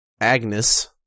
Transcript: Agnes